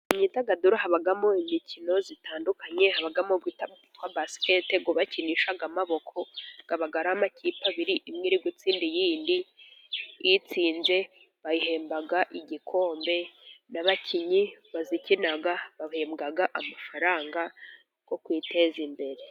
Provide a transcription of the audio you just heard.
Imyidagaduro habamo imikino itandukanye. Habamo uwitatwa basikete bakinisha amaboko, aba ari amakipe abiri. Imwe iri gutsinda iyindi, itsinze bayihemba igikombe n'abakinnyi bazikinira babahemba amafaranga yo kwiteza imbere.